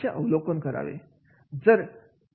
याचे अवलोकन करावे